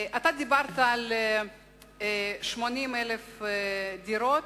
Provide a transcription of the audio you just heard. דיברת על 80,000 דירות,